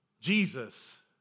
Jesus